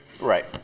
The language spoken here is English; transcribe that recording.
Right